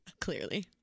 Clearly